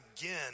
again